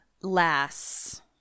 lass